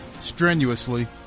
strenuously